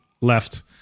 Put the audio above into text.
left